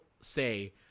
say